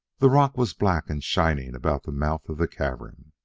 the rock was black and shining about the mouth of the cavern.